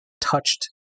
touched